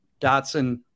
Dotson